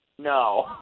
No